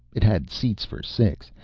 it had seats for six.